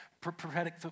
prophetic